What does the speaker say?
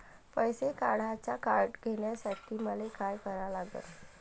पैसा काढ्याचं कार्ड घेण्यासाठी मले काय करा लागन?